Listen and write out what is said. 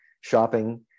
shopping